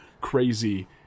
crazy